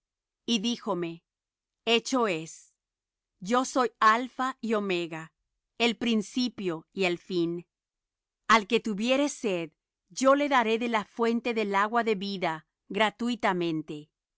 y díjome hecho es yo soy alpha y omega el principio y el fin al que tuviere sed yo le daré de la fuente del agua de vida gratuitamente